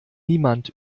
niemand